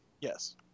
Yes